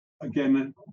again